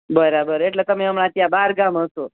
બરાબર એટલે તમે હમણાં ત્યાં બહાર ગામ હશો